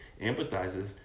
empathizes